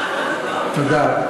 תודה.